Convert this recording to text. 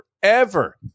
forever